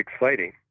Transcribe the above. exciting